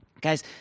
Guys